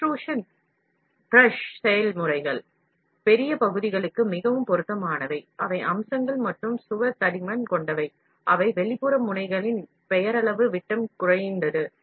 extrusion pressure செயல்முறைகள் பெரிய பகுதிகளுக்கு மிகவும் பொருத்தமானவை அவை அம்சங்கள் மற்றும் சுவர் தடிமன் கொண்டவை அவை குறைந்தது இரண்டு மடங்கு பிதிர்வு முனையின் பெயரளவு விட்டத்தை விட அதிகமாக இருக்கும்